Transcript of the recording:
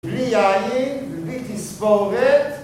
בלי יין ובלי תספורת